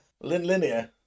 Linear